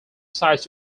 size